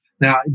Now